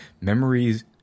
Memories